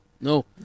no